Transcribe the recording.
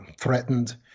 threatened